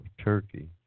Turkey